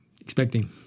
expecting